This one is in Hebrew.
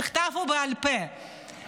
בכתב ובעל פה,